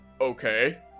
okay